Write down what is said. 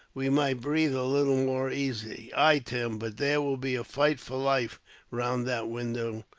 we might breathe a little more easily. ay, tim but there will be a fight for life round that window,